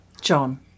John